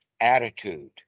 attitude